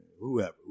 whoever